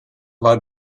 war